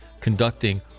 conducting